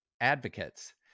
advocates